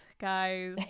guys